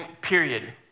period